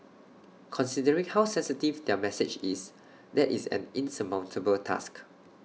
considering how sensitive their message is that is an insurmountable task